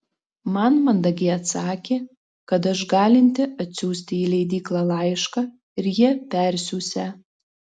man mandagiai atsakė kad aš galinti atsiųsti į leidyklą laišką ir jie persiųsią